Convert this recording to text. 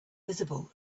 visible